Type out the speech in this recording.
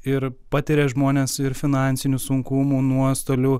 ir patiria žmonės ir finansinių sunkumų nuostolių